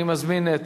אני מזמין את